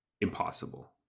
impossible